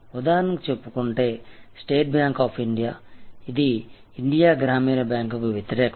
ఉదాహరణకు చెప్పుకుంటే state bank of ఇది ఇండియా గ్రామీణ బ్యాంకుకు వ్యతిరేకం